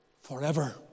forever